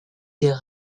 des